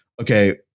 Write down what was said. okay